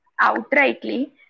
outrightly